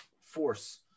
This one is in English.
force